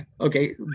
okay